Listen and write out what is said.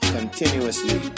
Continuously